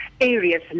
areas